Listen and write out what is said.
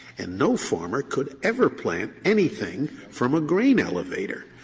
and no farmer could ever plant anything from a grain elevator,